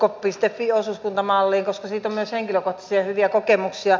fi osuuskuntamalliin koska siitä on myös henkilökohtaisia hyviä kokemuksia